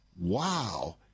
Wow